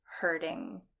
hurting